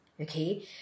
okay